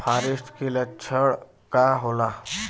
फारेस्ट के लक्षण का होला?